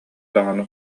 даҕаны